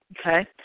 Okay